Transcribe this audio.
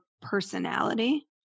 personality